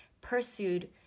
pursued